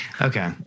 Okay